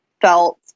felt